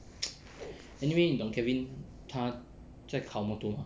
anyway 你懂 kevin 他在考 motor mah